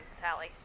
Sally